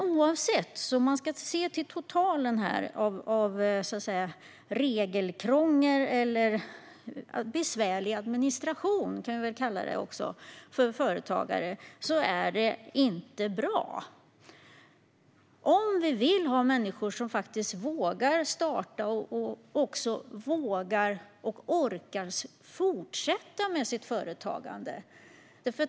Om man ser till totalen när det gäller regelkrångel och besvärlig administration för företagare är det inte bra, om vi vill ha människor som vågar starta och som vågar och orkar fortsätta med sitt företagande.